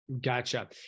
Gotcha